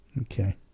Okay